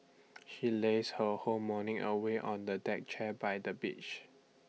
she lazed her whole morning away on A deck chair by the beach